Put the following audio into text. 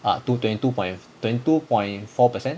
ah two twenty two point twenty two point four percent